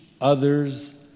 others